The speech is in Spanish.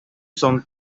son